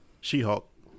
She-Hulk